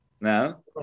No